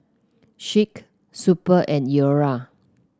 Schick Super and Iora